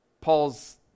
Paul's